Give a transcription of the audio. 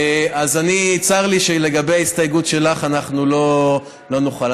צר לי שלגבי ההסתייגות שלך אנחנו לא נוכל.